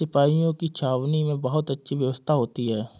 सिपाहियों की छावनी में बहुत अच्छी व्यवस्था होती है